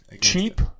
cheap